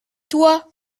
toi